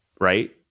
right